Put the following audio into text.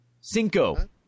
Cinco